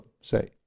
say